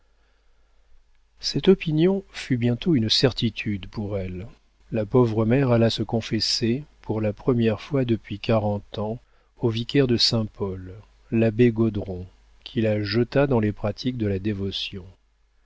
cette opinion fut bientôt une certitude pour elle la pauvre mère alla se confesser pour la première fois depuis quarante ans au vicaire de saint-paul l'abbé gaudron qui la jeta dans les pratiques de la dévotion